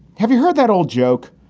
have you heard that old joke?